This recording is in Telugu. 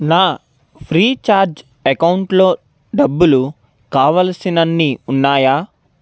నా ఫ్రీచార్జ్ అకౌంటులో డబ్బులు కావలసినన్ని ఉన్నాయా